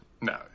No